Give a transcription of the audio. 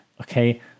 okay